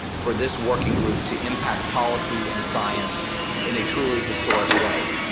for this working group to impact policy and science in a truly historic way.